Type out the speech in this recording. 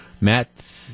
Matt